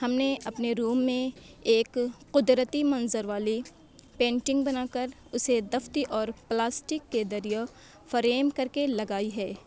ہم نے اپنے روم میں ایک قدرتی منظر والی پینٹگ بنا کر اسے دفتی اور پلاسٹک کے ذریعہ فریم کر کے لگائی ہے